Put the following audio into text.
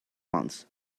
months